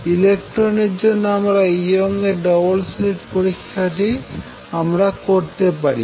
electron এর জন্য আমরা ইয়ং এর ডবল স্লিট পরীক্ষাটি আমরা করতে পারি